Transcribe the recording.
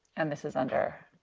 and this is under